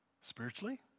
spiritually